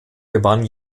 gewann